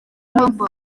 mpamvu